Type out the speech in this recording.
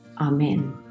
Amen